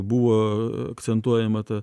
buvo akcentuojama ta